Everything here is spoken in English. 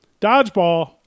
Dodgeball